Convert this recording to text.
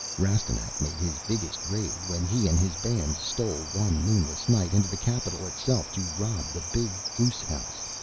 rastignac made his biggest raid when he and his band stole one moonless night into the capital itself to rob the big goose house,